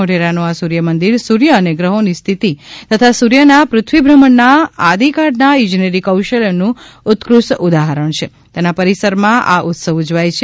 મોઢેરાનું આ સૂર્યમંદિર સૂર્ય અને ગ્રહોની સ્થિતિ તથા સૂર્યના પૃથ્વી ભ્રમણના આદિકાળના ઇજનેરી કૌશલ્યનું ઉત્કૃષ્ટ ઉદાહરણ છે તેના પરિસરમાં આ ઉત્સવ ઉજવાય છે